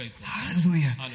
Hallelujah